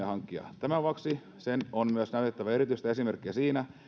hankkija tämän vuoksi sen on myös näytettävä erityistä esimerkkiä siinä